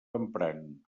emprant